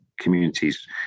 communities